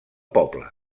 poble